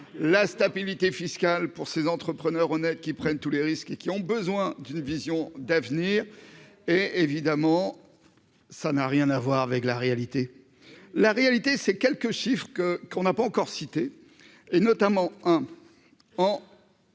la stabilité fiscale pour ces entrepreneurs honnêtes qui prennent tous les risques et qui ont besoin d'une vision d'avenir et évidemment ça n'a rien à voir avec la réalité, la réalité c'est quelque chiffre que qu'on n'a pas encore cité et notamment un an.